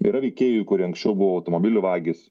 yra veikėjų kurie anksčiau buvo automobilių vagys